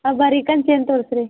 ಆ ಬರಿಕನ್ ಚೈನ್ ತೋರ್ಸಿ ರೀ